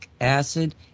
acid